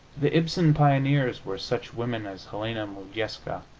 the ibsen pioneers were such women as helena modjeska,